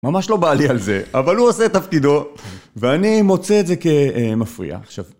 ממש לא בא לי על זה, אבל הוא עושה את תפקידו, ואני מוצא את זה כמפריע עכשיו.